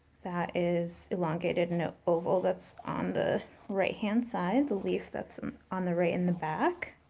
that is elongated and an oval that's on the right-hand side, the leaf that's um on the right in the back.